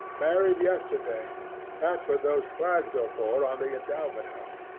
married yesterday that's what those flags are for on the and but house.